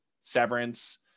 Severance